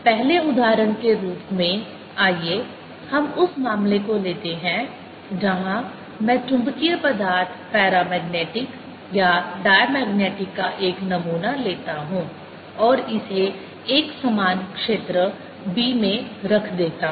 पहले उदाहरण के रूप में आइए हम उस मामले को लेते हैं जहां मैं चुंबकीय पदार्थ पैरामैग्नेटिक या डायनामैग्नेटिक का एक नमूना लेता हूं और इसे एकसमान क्षेत्र B में रख देता हूं